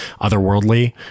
otherworldly